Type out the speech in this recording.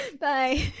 Bye